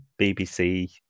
BBC